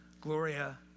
Gloria